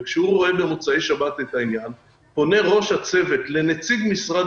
וכשהוא רואה במוצאי שבת את העניין פונה ראש הצוות לנציג משרד